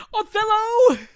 Othello